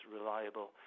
reliable